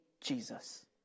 Jesus